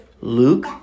Luke